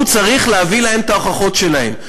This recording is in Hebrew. הוא צריך להביא להם את ההוכחות שלהם.